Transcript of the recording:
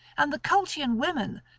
and the colchian women,